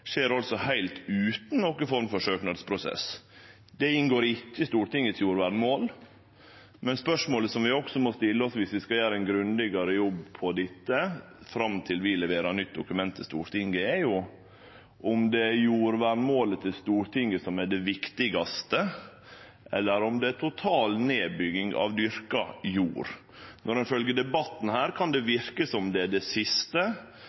søknadsprosess. Det inngår ikkje i Stortingets jordvernmål. Spørsmålet vi også må stille oss viss vi skal gjere ein grundigare jobb med dette fram til vi leverer eit nytt dokument til Stortinget, er om det er jordvernmålet til Stortinget som er det viktigaste, eller om det er total nedbygging av dyrka jord. Når ein følgjer debatten her, kan det verke som om det er det siste,